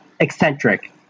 eccentric